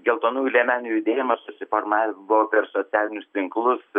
geltonųjų liemenių judėjimas susiformavo per socialinius tinklus